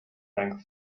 length